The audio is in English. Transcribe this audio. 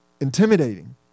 intimidating